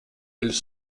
elles